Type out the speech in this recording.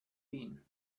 been